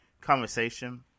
conversation